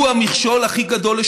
הוא המכשול הכי גדול.